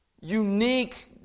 unique